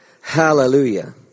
hallelujah